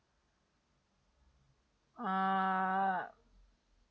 err